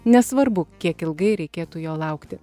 nesvarbu kiek ilgai reikėtų jo laukti